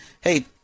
hey-